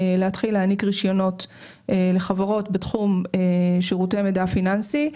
להתחיל להעניק רישיונות לחברות בתחום שירותי מידע פיננסי.